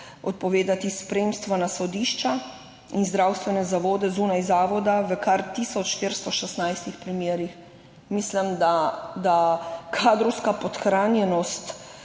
odpovedati spremstva na sodišča in zdravstvene zavode zunaj zavoda v kar tisoč 416 primerih. Mislim, da je kadrovska podhranjenost